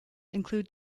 include